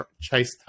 chase